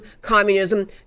communism